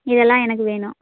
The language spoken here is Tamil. இதெல்லாம் எனக்கு வேணும்